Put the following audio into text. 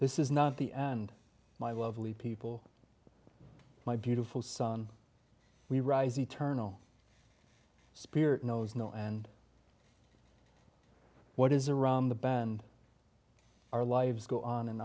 this is not the end my lovely people my beautiful son we rise eternal spirit knows no end what is around the bend our lives go on